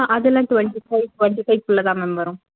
ஆ அதெல்லாம் twenty five twenty ஃபைவ்க்குள்ளே தான் மேம் வரும்